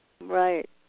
Right